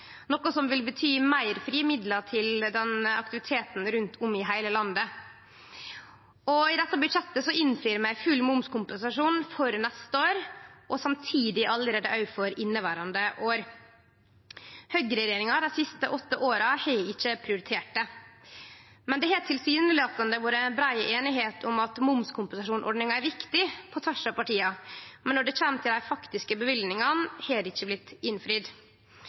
noko som vil bety meir frie midlar til den aktiviteten rundt om i heile landet. I dette budsjettet innfrir vi kravet om full momskompensasjon for neste år og samtidig også for inneverande år. Høgreregjeringa har dei siste åtte åra ikkje prioritert det. Men det har tilsynelatande vore brei einigheit på tvers av partia om at momskompensasjonsordninga har vore viktig, men når det kjem til dei faktiske løyvingane, har det ikkje blitt innfridd.